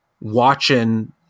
watching